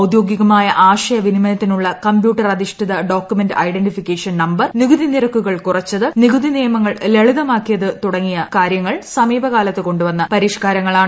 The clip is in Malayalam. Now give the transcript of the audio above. ഔദ്യോഗികമായ ആശയ വിനിമയത്തിനുള്ള കമ്പ്യൂട്ടർ അധിഷ്ഠിത ഡോക്യുമെന്റ് ഐഡന്റിഫിക്കേഷൻ നമ്പർ നികുതി നിരക്കുകൾ കുറച്ചത് നികുതി നിയമങ്ങൾ ലളിതമാക്കിയത് തുടങ്ങിയ കാര്യങ്ങൾ സമീപ കാലത്ത് കൊണ്ടുവന്ന പരിഷ്ക്കാരങ്ങളാണ്